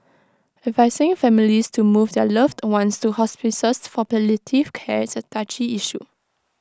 advising families to move their loved ones to hospices for palliative care is A touchy issue